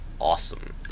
awesome